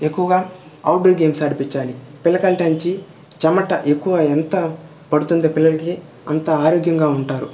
ఎక్కువగా outdoor games ఆడిపిచ్చాలి పిల్లకాయలటాంచి చెమట ఎక్కువ ఎంత పడుతుందో పిల్లలకి అంత ఆరోగ్యంగా ఉంటారు